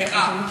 סליחה.